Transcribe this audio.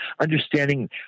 understanding